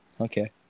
Okay